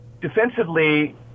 defensively